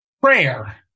prayer